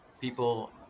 people